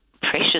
precious